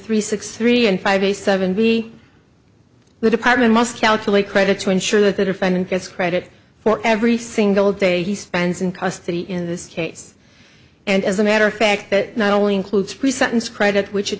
three six three and five a seven b the department must calculate credits to ensure that the defendant gets credit for every single day he spends in custody in this case and as a matter of fact that not only includes pre sentence credit which